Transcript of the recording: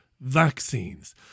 vaccines